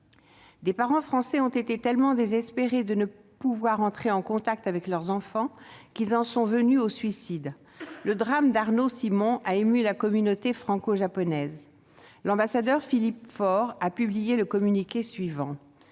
Certains ont été tellement désespérés de ne pouvoir entrer en contact avec leurs enfants qu'ils en sont venus au suicide. Le drame d'Arnaud Simon a ému la communauté franco-japonaise. L'ambassadeur Philippe Faure a publié le communiqué suivant